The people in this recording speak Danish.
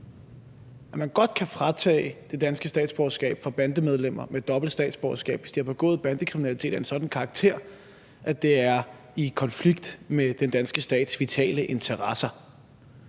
at man godt kan – fratage det danske statsborgerskab fra bandemedlemmer med dobbelt statsborgerskab, hvis de har begået bandekriminalitet af en sådan karakter, at det er i konflikt med den danske stats vitale interesser.